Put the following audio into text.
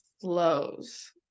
flows